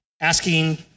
asking